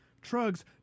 drugs